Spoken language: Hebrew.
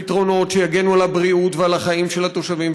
פתרונות שיגנו על הבריאות ועל החיים של התושבים,